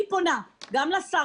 אני פונה גם לשר,